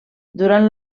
durant